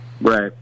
Right